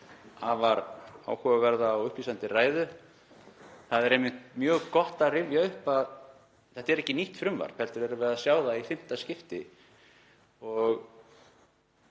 afar áhugaverða og upplýsandi ræðu. Það er einmitt mjög gott að rifja upp að þetta er ekki nýtt frumvarp heldur erum við að sjá það í fimmta skipti.